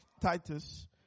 Titus